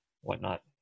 whatnot